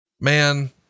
man